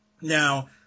Now